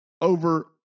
over